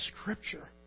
Scripture